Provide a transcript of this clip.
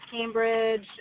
cambridge